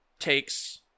takes